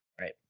right